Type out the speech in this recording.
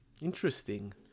Interesting